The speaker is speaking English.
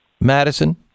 Madison